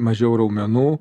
mažiau raumenų